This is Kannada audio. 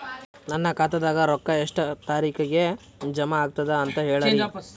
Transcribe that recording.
ನನ್ನ ಖಾತಾದಾಗ ರೊಕ್ಕ ಎಷ್ಟ ತಾರೀಖಿಗೆ ಜಮಾ ಆಗತದ ದ ಅಂತ ಹೇಳರಿ?